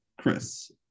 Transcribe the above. Chris